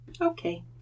Okay